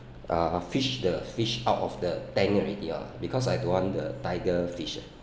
uh fish the fish out of the tank already lah because I don't want the tiger fish eh